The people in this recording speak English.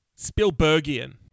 Spielbergian